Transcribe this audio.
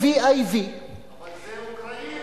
Lviv, כי היום --- אבל זה אוקראינית.